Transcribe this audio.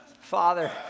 Father